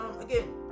Again